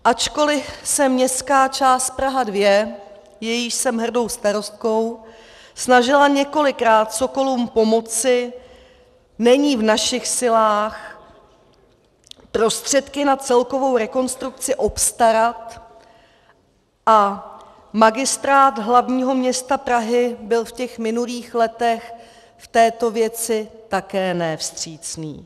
Ačkoli se městská část Praha 2, jejíž jsem hrdou starostkou, snažila několikrát sokolům pomoci, není v našich silách prostředky na celkovou rekonstrukci obstarat a Magistrát hlavního města Prahy byl v minulých letech v této věci také ne vstřícný.